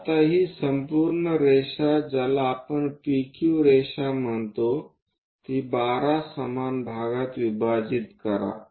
आता ही संपूर्ण रेषा ज्याला आपण PQ रेषा म्हणतो ती 12 समान भागात विभाजित करा